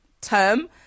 term